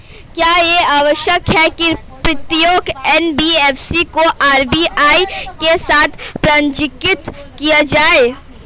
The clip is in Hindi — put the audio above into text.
क्या यह आवश्यक है कि प्रत्येक एन.बी.एफ.सी को आर.बी.आई के साथ पंजीकृत किया जाए?